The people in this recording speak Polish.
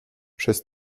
przez